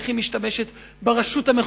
איך היא משתמשת ברשות המחוקקת?